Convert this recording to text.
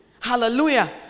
Hallelujah